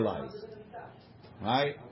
Right